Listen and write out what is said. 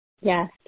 Yes